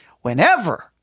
Whenever